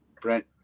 Brent